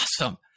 awesome